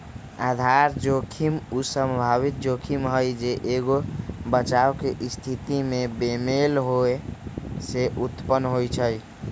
आधार जोखिम उ संभावित जोखिम हइ जे एगो बचाव के स्थिति में बेमेल होय से उत्पन्न होइ छइ